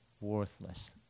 worthless